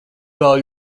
vēl